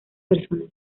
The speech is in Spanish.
personas